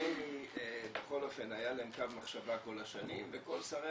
אבל לרמ"י בכל אופן היה קו מחשבה כל השנים וכל שרי